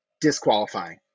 disqualifying